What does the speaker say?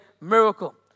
miracle